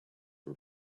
you